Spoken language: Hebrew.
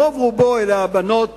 רוב רובו הבנות